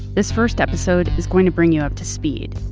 this first episode is going to bring you up to speed,